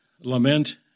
lament